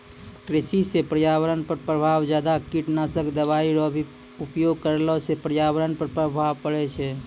कृषि से पर्यावरण पर प्रभाव ज्यादा कीटनाशक दवाई रो भी उपयोग करला से पर्यावरण पर प्रभाव पड़ै छै